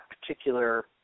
particular